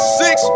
six